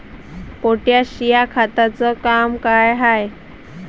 Potash या खताचं काम का हाय?